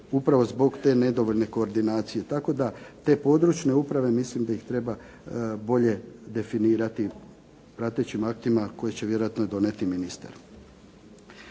upravo zbog te nedovoljne koordinacije. Tako da te područne uprave mislim da ih treba bolje definirati pratećim aktima koje će vjerojatno donijeti ministar.